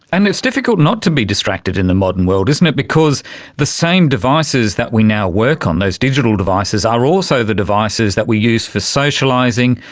and it's difficult not to be distracted in the modern world isn't it, because the same devices that we now work on, those digital devices, are also the devices that we use for socialising,